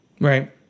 Right